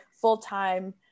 full-time